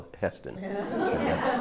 Heston